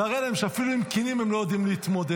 ואראה להם שאפילו עם כינים הם לא יודעים להתמודד.